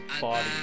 body